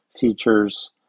features